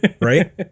Right